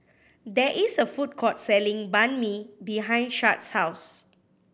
there is a food court selling Banh Mi behind Shad's house